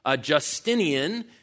Justinian